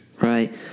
Right